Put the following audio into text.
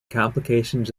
complications